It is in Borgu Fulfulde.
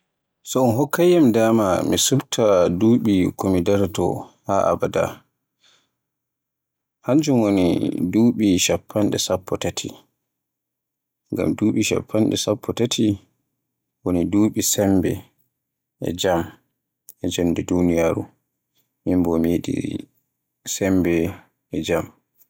So un kokkay yam daama mi cupta duɓi ko mi daraato haa abada, kanjum woni duɓi chappanɗe sappo e tatai, ngam duɓi chappanɗe tati woni duɓi sembe e jaam e jonde duniyaaru. Min bo mi yiɗi sembe e jaam.